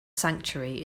sanctuary